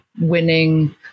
winning